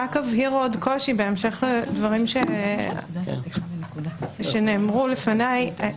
בהמשך לדברים שנאמרו אני אבהיר עוד קושי.